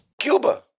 Cuba